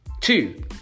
Two